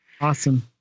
Awesome